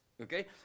Okay